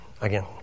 Again